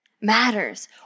matters